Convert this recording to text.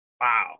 Wow